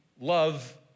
love